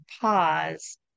pause